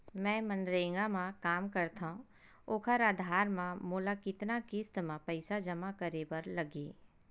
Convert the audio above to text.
मैं मनरेगा म काम करथव, ओखर आधार म मोला कतना किस्त म पईसा जमा करे बर लगही?